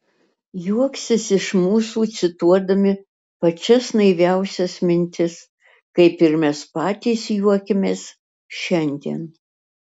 juoksis iš mūsų cituodami pačias naiviausias mintis kaip ir mes patys juokiamės šiandien